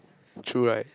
true right